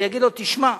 ויגיד לו: תשמע,